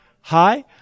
Hi